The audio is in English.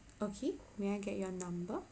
okay may I get your number